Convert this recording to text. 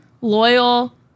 loyal